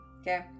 Okay